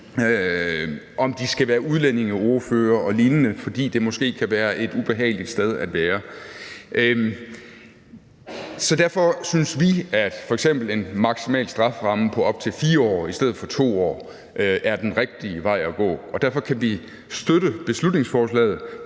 om de skal være udlændingeordfører og lignende, fordi det måske kan være et ubehageligt sted at være. Så derfor synes vi, at f.eks. en maksimal strafferamme på op til 4 år i stedet for 2 år er den rigtige vej at gå. Derfor kan vi støtte beslutningsforslaget